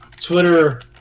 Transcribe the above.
Twitter